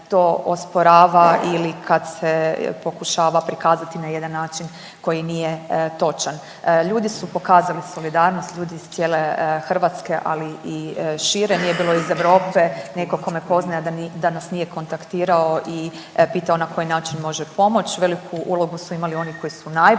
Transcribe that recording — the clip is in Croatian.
ili kad se pokušava prikazati na jedan način koji nije točan. Ljudi su pokazali solidarnost, ljudi iz cijele Hrvatske, ali i šire, nije bilo iz Europe neko ko me poznaje, a da nas nije kontaktirao i pitao na koji način može pomoć. Veliku ulogu su imali oni koji su najbliže